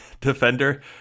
defender